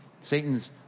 Satan's